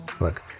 look